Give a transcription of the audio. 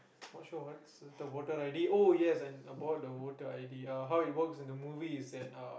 not sure what's the voter i_d oh yes and about the voter i_d uh how it works in the movie is that uh